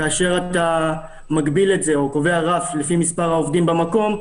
כאשר אתה מגביל את זה או קובע רף לפי מספר העובדים במקום,